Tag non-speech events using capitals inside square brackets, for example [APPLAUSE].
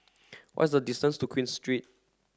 [NOISE] what's the distance to Queen Street